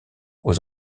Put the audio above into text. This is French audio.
aux